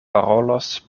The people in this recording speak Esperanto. parolos